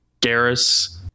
Garrus